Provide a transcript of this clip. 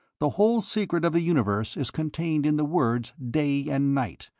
the whole secret of the universe is contained in the words day and night,